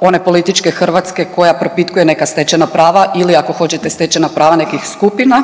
one političke Hrvatske koja propitkuje neka stečena prava ili ako hoćete stečena prava nekih skupina